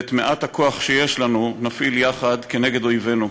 ואת מעט הכוח שיש לנו נפעיל יחד כנגד אויבינו.